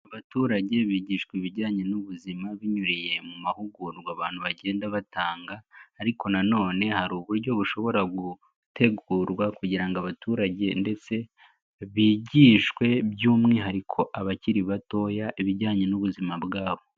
Abaturage bigishwa ibijyanye n'ubuzima binyuriye mu mahugurwa abantu bagenda batanga, ariko nanone hari uburyo bushobora gutegurwa kugira ngo abaturage ndetse, bigishwe by'umwihariko abakiri batoya ibijyanye n'ubuzima bwabo.